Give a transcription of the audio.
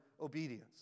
obedience